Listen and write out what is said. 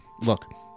Look